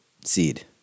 seed